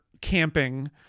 camping